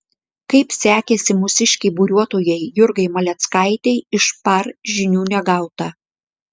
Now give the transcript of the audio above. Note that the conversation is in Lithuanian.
kaip sekėsi mūsiškei buriuotojai jurgai maleckaitei iš par žinių negauta